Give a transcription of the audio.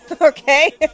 Okay